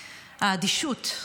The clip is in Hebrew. האדישות,